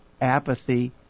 apathy